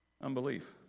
Unbelief